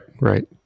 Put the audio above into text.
right